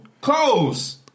Close